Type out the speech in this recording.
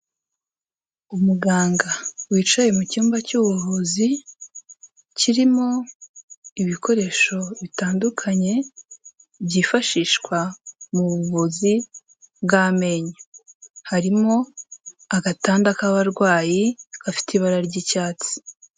Umuganga wicaye mu cyumba cy'ubuvuzi, kirimo ibikoresho bitandukanye, byifashishwa mu buvuzi bw'amenyo. Harimo agatanda k'abarwayi, gafite ibara ry'icyatsi.